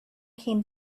came